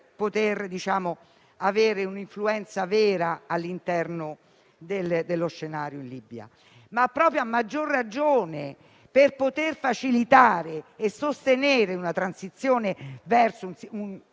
poter avere un'influenza vera all'interno dello scenario in Libia. Proprio per poter facilitare e sostenere una transizione verso una